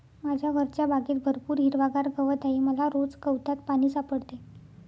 माझ्या घरच्या बागेत भरपूर हिरवागार गवत आहे मला रोज गवतात पाणी सापडते